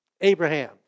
Abraham